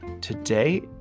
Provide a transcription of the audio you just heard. Today